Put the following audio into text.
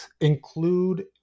include